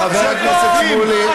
חבר הכנסת שמולי,